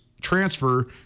transfer